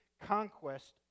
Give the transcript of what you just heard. conquest